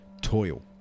toil